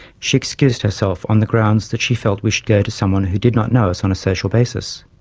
she excused herself on the grounds that she felt we should go to someone who did not know us on a social basis.